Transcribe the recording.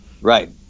Right